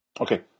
Okay